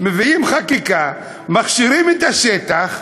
מביאים חקיקה, מכשירים את השטח,